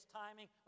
timing